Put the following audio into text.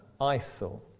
ISIL